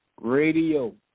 Radio